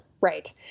Right